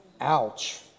Ouch